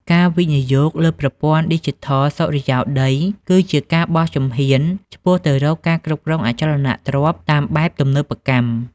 ការវិនិយោគលើប្រព័ន្ធឌីជីថលសុរិយោដី គឺជាការបោះជំហានឆ្ពោះទៅរកការគ្រប់គ្រងអចលនទ្រព្យតាមបែបទំនើបកម្ម។